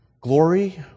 Glory